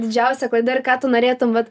didžiausia klaida ir ką tu norėtum vat